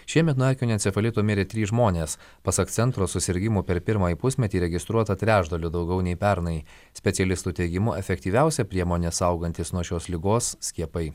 šiemet nuo erkinio encefalito mirė trys žmonės pasak centro susirgimų per pirmąjį pusmetį registruota trečdaliu daugiau nei pernai specialistų teigimu efektyviausia priemonė saugantis nuo šios ligos skiepai